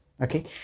okay